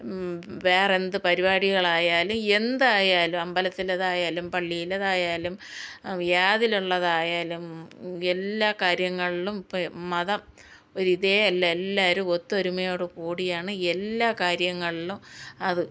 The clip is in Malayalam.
വേറെന്തു പരിപാടികളായാലും എന്തായാലും അമ്പലത്തിലേതായാലും പള്ളിലേതായാലും ഏതിലുള്ളതായാലും എല്ലാ കാര്യങ്ങളിലും ഇപ്പോൾ മതം ഒരിതേയല്ല എല്ലാവരും ഒത്തൊരുമയോടു കൂടിയാണ് എല്ലാ കാര്യങ്ങളിലും അത്